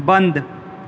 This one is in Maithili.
बन्द